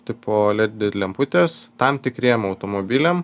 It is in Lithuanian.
tipo led lemputės tam tikriem automobiliam